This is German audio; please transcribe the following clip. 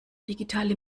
digitale